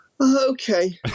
okay